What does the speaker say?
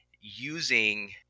using